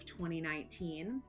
2019